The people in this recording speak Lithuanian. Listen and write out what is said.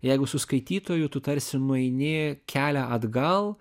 jeigu su skaitytoju tu tarsi nueini kelią atgal